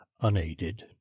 unaided